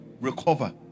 recover